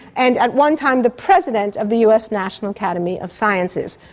and at one time the president of the us national academy of sciences.